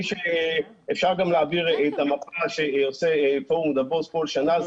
אפשר גם להעביר את המפה שעושה פורום דאבוס כל שנה.